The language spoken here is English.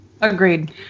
Agreed